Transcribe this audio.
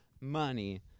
Money